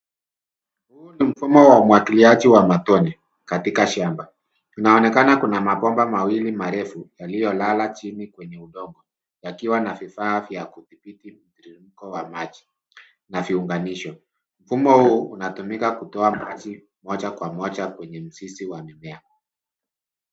Huu ni mfumo wa umwagiliaji wa matone katika shamba, unaonekana kuna mabomba mawili marefu yaliyolala chini kwenye udongo yakiwa na vifaa vya kudhibiti mtiririko wa maji na viunganisho. Mfumo huu unatumika kutoa maji moja kwa moja kwenye mzizi wa mimea.